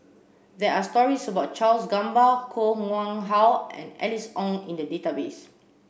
there are stories about Charles Gamba Koh Nguang How and Alice Ong in the database